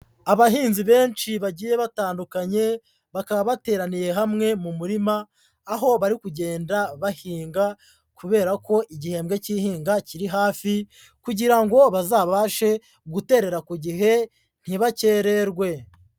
Abahinzi benshi bagiye batandukanye, bakaba bateraniye hamwe mu murima, aho bari kugenda bahinga kubera ko igihembwe cy'ihinga kiri hafi, kugira ngo bazabashe guterera ku gihe ntibakererwe.